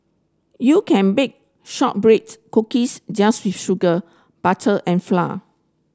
you can bake shortbreads cookies just with sugar butter and flour